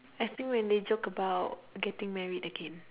I think when they joke about getting married again